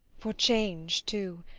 for change, too,